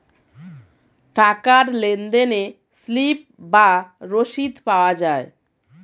টাকার লেনদেনে স্লিপ বা রসিদ পাওয়া যায়